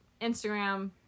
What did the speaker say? Instagram